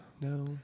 No